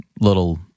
little